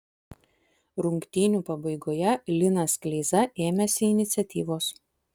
rungtynių pabaigoje linas kleiza ėmėsi iniciatyvos